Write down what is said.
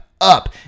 up